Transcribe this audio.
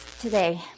today